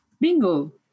Bingo